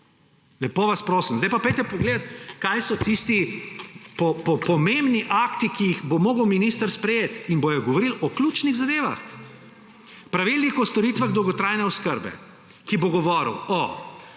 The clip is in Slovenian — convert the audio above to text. Lepo vas prosim! Zdaj pa pojdite pogledat, kaj so tisti pomembni akti, ki jih bo moral minister sprejeti in bodo govorili o ključnih zadevah. Pravilnik o storitvah, dolgotrajne oskrbe, ki bo govoril –